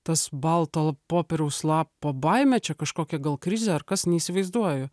tas balto popieriaus lapo baimė čia kažkokia gal krizė ar kas neįsivaizduoju